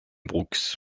brooks